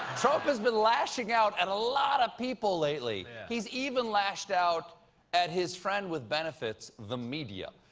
trump has been lashing out at a lot of people lately. he's even lashed out at his friend with benefits, the media.